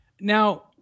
Now